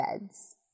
beds